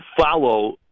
follow